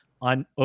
on